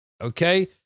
Okay